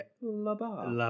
La-Bar